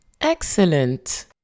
Excellent